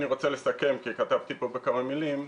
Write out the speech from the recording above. לסיכום כתבתי פה כמה מילים.